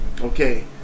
Okay